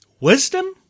Wisdom